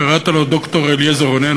קראת לו ד"ר אליעזר רונן,